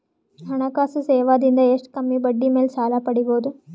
ಹಣಕಾಸು ಸೇವಾ ದಿಂದ ಎಷ್ಟ ಕಮ್ಮಿಬಡ್ಡಿ ಮೇಲ್ ಸಾಲ ಪಡಿಬೋದ?